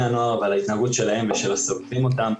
הנוער ועל ההתנהגות שלהם ושל הסובבים אותם,